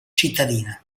cittadina